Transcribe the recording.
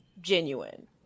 genuine